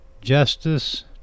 Justice